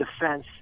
defense